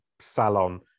salon